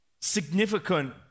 significant